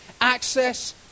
Access